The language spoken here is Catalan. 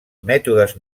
mètodes